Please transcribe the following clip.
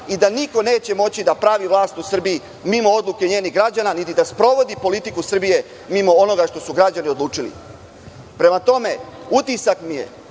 i da niko neće moći da pravi vlast u Srbiji mimo odluke njenih građana, niti da sprovodi politiku Srbije mimo onoga što su građani odlučili. Prema tome, utisak mi je